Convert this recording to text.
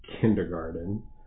kindergarten